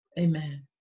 Amen